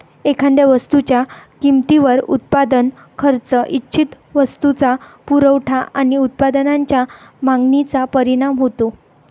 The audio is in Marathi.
एखाद्या वस्तूच्या किमतीवर उत्पादन खर्च, इच्छित वस्तूचा पुरवठा आणि उत्पादनाच्या मागणीचा परिणाम होतो